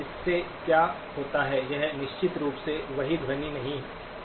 इससे क्या होता है यह निश्चित रूप से वही ध्वनि नहीं होगी